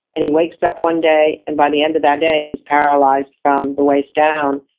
and he wakes up one day, and by the end of that day he paralyzed from the waist down.